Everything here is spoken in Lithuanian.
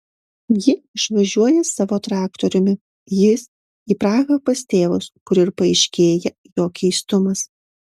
ji išvažiuoja savo traktoriumi jis į prahą pas tėvus kur ir paaiškėja jo keistumas